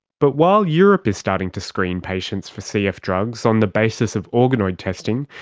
but while europe is starting to screen patients for cf drugs on the basis of organoid testing,